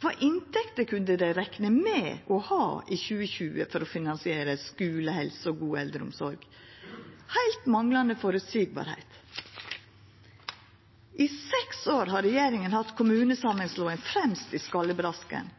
Kva inntekter kunne dei rekna med å ha i 2020 for å finansiera skulehelse og god eldreomsorg? Det var ein heilt manglande føreseielegheit. I seks år har regjeringa hatt kommunesamanslåing fremst i